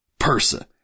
Persa